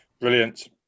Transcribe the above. Brilliant